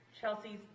Chelsea's